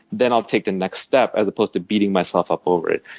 then i'll take the next step as opposed to beating myself up over it.